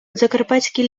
закарпатські